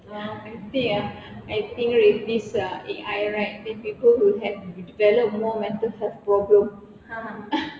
!wah! I think ah I think with this A_I right people will have develop more mental health problem